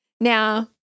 Now